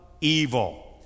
evil